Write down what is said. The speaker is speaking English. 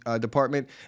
department